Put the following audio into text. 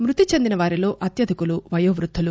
మృతి చెందిన వారిలో అత్యధికులు వయోవృద్దులు